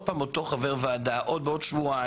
פעם אותו חבר ועדה או בעוד שבועיים,